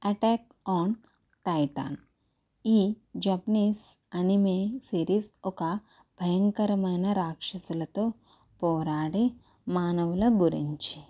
attack on Titan ఈ Japanese anime series ఒక భయంకరమైన రాక్షసులతో పోరాడే మానవుల గురించి